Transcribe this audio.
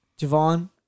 Javon